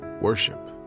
Worship